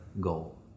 goal